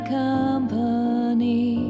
company